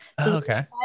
Okay